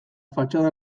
fatxada